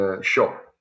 shop